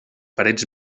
parets